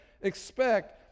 expect